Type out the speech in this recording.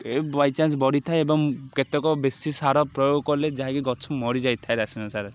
ଏଇ ବାଇଚାନ୍ସ ବଢ଼ିଥାଏ ଏବଂ କେତେକ ବେଶୀ ସାର ପ୍ରୟୋଗ କଲେ ଯାହାକି ଗଛ ମରିଯାଇଥାଏ ରାସାୟନିକ ସାର